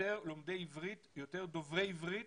לומדי עברית, יותר דוברי עברית,